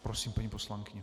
Prosím, paní poslankyně.